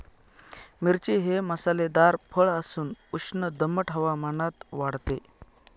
मिरची हे मसालेदार फळ असून उष्ण दमट हवामानात वाढते